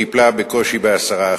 טיפלה בקושי ב-10%.